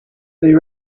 they